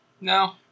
No